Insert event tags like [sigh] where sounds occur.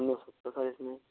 [unintelligible] नहीं हो सकता सर इसमें